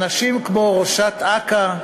אנשים כמו ראשת אכ"א,